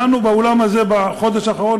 דנו באולם הזה בחודש האחרון